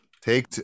Take